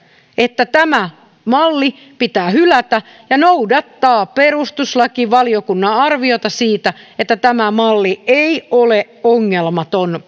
että tämä malli pitää hylätä ja noudattaa perustuslakivaliokunnan arviota siitä että tämä malli ei ole ongelmaton